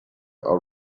are